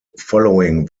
following